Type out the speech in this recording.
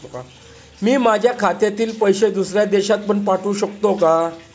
मी माझ्या खात्यातील पैसे दुसऱ्या देशात पण पाठवू शकतो का?